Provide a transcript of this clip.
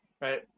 right